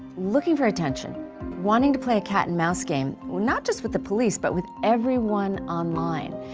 looking for attention wanting to play a cat-and-mouse game not just with the police, but with everyone online.